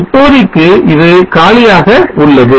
இப்போதைக்கு இது காலியாக உள்ளது